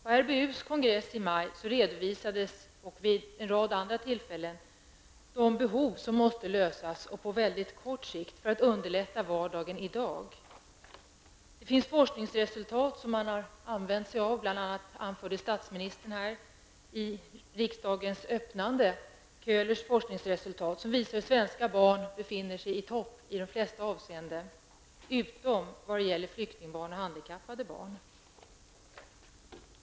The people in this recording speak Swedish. På RBUs kongress i maj och vid en rad andra tillfällen redovisades de behov som man måste tillgodose på mycket kort sikt för att underlätta vardagen i dag. Det finns forskningsresultat som man har använt sig av. Bl.a. har statsministern anfört Köhlers forskningsresultat, som visar hur svenska barn befinner sig i topp i de flesta avseenden. Men detta gäller inte flyktingbarn och handikappade barn.